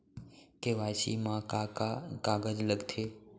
KYC मा का का कागज लगथे?